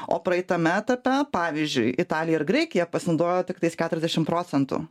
o praeitame etape pavyzdžiui italija ir graikija pasinaudojo tiktais keturiasdešimt procentų